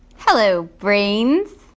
hello brains!